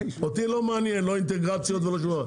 אותי לא מעניין לא אינטגרציות ולא שום דבר.